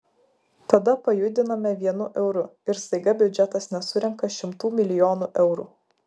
tada pajudiname vienu euru ir staiga biudžetas nesurenka šimtų milijonų eurų